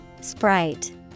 Sprite